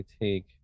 take